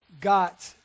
got